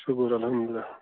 شُکُر الحمدُاللہ